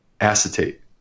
acetate